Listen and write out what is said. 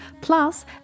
plus